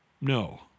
No